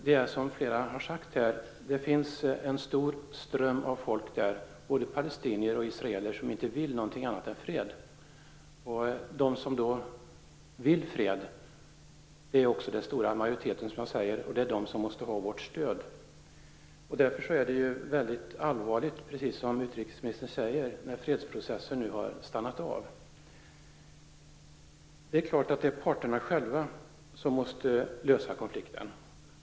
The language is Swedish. Det är som flera här har sagt, att det finns en stor grupp av folk - både palestinier och israeler - som inte vill någonting annat än att ha fred. De som vill ha fred är också den stora majoriteten, och det är den som måste få vårt stöd. Därför är det allvarligt - precis som utrikesministern säger - att fredsprocessen har stannat av. Det är klart att det är parterna själva som måste lösa konflikten.